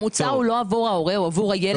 המוצר הוא לא עבור ההורה אלא עבור הילד